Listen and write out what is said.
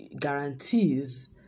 guarantees